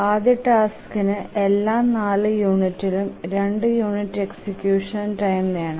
ആദ്യ ടാസ്കിനു എല്ലാ 4 യൂണിറ്റിലും 2 യൂണിറ്റ് എക്സിക്യൂഷൻ ടൈം വേണം